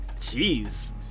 Jeez